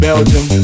Belgium